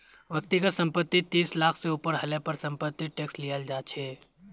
व्यक्तिगत संपत्ति तीस लाख से ऊपर हले पर समपत्तिर टैक्स लियाल जा छे